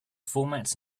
formats